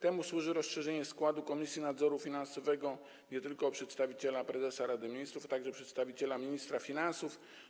Temu służy rozszerzenie składu Komisji Nadzoru Finansowego nie tylko o przedstawiciela prezesa Rady Ministrów, ale także o przedstawiciela ministra finansów.